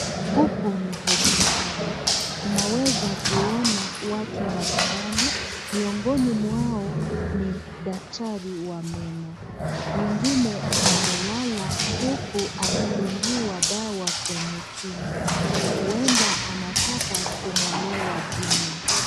Huku ni hospitali. Tunaweza kuona watu mbalimbali. Miongoni mwao ni daktari wa meno. Mwingine amelala huku akidungiwa dawa kwenye kinywa. Uenda anataka kungolewa jino.